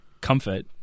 comfort